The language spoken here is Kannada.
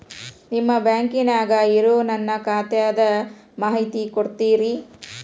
ನಿಮ್ಮ ಬ್ಯಾಂಕನ್ಯಾಗ ಇರೊ ನನ್ನ ಖಾತಾದ ಮಾಹಿತಿ ಕೊಡ್ತೇರಿ?